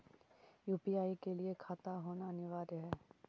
UPI के लिए खाता होना अनिवार्य है?